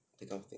the kind of thing